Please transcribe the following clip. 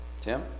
Tim